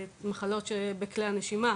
העיכובים הם בעקבות שני דברים מרכזיים.